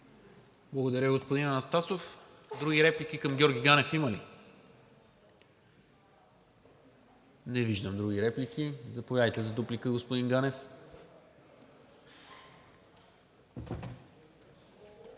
Благодаря, господин Анастасов. Други реплики към Георги Ганев има ли? Не виждам. Заповядайте за дуплика, господин Ганев.